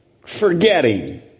forgetting